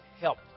help